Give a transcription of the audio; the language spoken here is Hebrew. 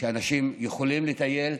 כשאנשים יכולים לטייל,